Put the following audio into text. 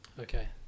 Okay